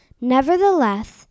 Nevertheless